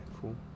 cool